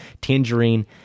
Tangerine